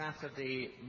Saturday